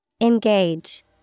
Engage